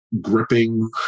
gripping